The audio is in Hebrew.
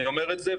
אני אומר את זה,